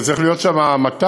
זה צריך להיות שם מת"צ,